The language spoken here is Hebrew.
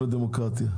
הדמוקרטיה.